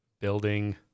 building